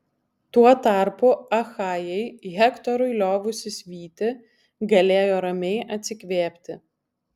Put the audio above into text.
tuo tarpu achajai hektorui liovusis vyti galėjo ramiai atsikvėpti